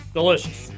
Delicious